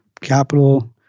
Capital